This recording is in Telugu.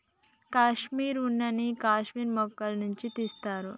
కాశ్మీర్ ఉన్న నీ కాశ్మీర్ మేకల నుంచి తీస్తారు